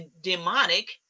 demonic